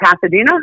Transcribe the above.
Pasadena